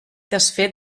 desfer